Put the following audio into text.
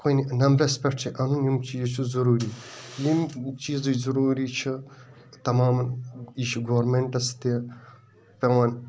کُنہِ نمبرَس پٮ۪ٹھ چھُکھ اَنُن یِم چیٖز چھِ ضروٗری یم چیٖزٕے ضروٗری چھِ تمامَن یہِ چھُ گورمِنٹَس تہِ پٮ۪وان